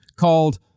called